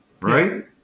right